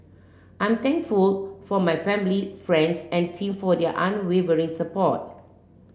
I'm thankful for my family friends and team for their unwavering support